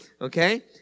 Okay